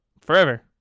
forever